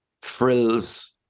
frills